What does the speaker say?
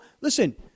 listen